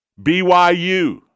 BYU